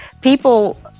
people